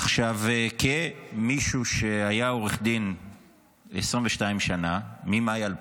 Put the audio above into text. עכשיו, כמישהו שהיה עורך דין 22 שנה, ממאי 2000